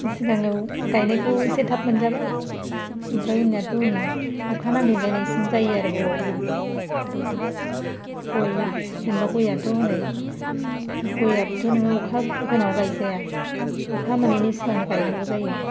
सिगांआव गायनायखौ एसे थाब मोनजाबाय ओमफ्राय उननियाथ' उन अखा नांहैलायनायसिम जायो आरो बबेबा बबेबा बेबायदि गय जेनेबा गयाथ' हनै गयाबोथ' नों अखा गोनाङाव गायजाया अखा मोनैनि सिगांनो गायनांगौ जायो